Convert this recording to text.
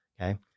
Okay